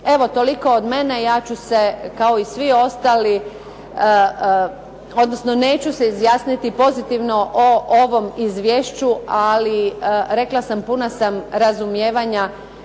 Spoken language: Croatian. Evo, toliko od mene. Ja ću se kao i svi ostali, odnosno neću se izjasniti pozitivno o ovom izvješću. Ali rekla sam, puna sam razumijevanja